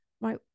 Right